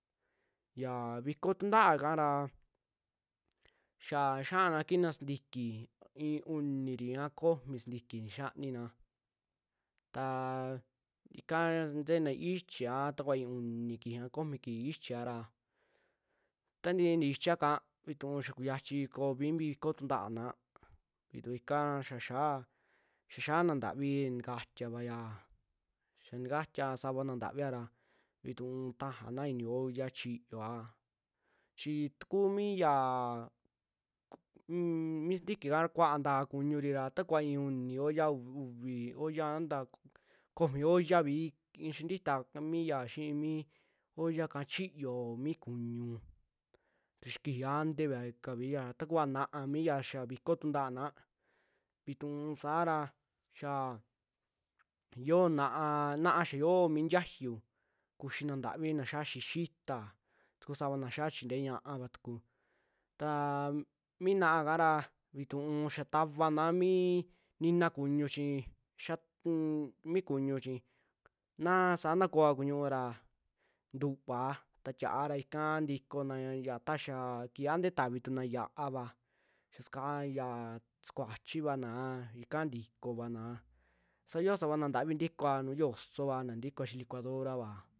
Yaa vikoo tuntaa ikaa ra, xaa xia'ana kiina sintiki i'i uniri, aa i'i komi sintiki xiaanina, taa ikaa snteena ichia a ta kuvaa i'i uni kiji, a komi kiji ichiia ra tantii nixichia ka vituu ya kuyachi kombi mi vikoo tantaana vituu ika, xia'a xiaa, xia xa'a na ntavii takatiavaa, ya ntakatia saava na ntivia ra vituu tajaana i'ini olla chiyoa, chi ta kuu mi yaaa unmm mi sintiki kara kuaa ntaa kuñuri ra taa kuva i'i uni olla, ya uvi olla a ntaa komi olla vi i'in xintita mi yaa xii mi ollaka chiyoo mi kuñu, ta xa kiji anteva kavi ya ta kuva na'a miya xaa mi viko tuntaana vituu saara xiaa xio na'a, naa xia yo'o mi ntiayu kuxii na ntavi na xiaa xi'i xiita tuku savana xia chinte ña'ava tuku taa mi na'a kaara vituu xia tavana mii nina kuñu chii xat- kun mi kuñu chi, naa saa nakoa kuñuua ra ntu'uvaa, ta tia'a ra ikaa ntikona taxaa kiji ante tavituna xia'ava, yasa ia sukuachi vaana ika tikikovanaa, saa xio savana ntavi ntikooa nu'u xiosova naa ntikoa xi'i licuadorava.